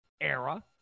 era